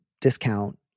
discount